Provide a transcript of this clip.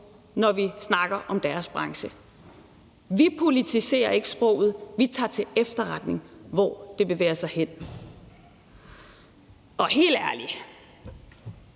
når vi snakker om deres branche. Vi politiserer ikke sproget; vi tager til efterretning, hvor det bevæger sig hen, og jeg tror